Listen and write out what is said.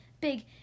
big